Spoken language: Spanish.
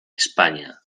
españa